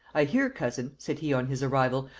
i hear, cousin, said he on his arrival,